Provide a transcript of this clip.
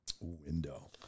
window